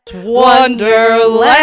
wonderland